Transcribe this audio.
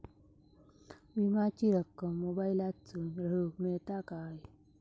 विमाची रक्कम मोबाईलातसून भरुक मेळता काय?